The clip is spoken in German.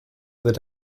wird